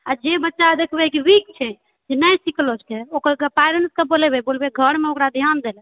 आ जे बच्चा देखबै कि विक छै जे नहि सिखलो छै ओकर कारण बोलबै ओकरा घरमे ध्यान दै लए